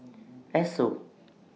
Esso